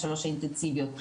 שלוש האינטנסיביות,